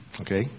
Okay